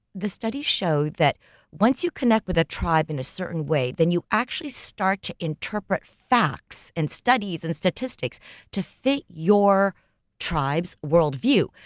the studies show that once you connect with a tribe in a certain way, then you actually start to interpret facts and studies and statistics to fit your tribe's world view.